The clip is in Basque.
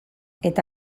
eta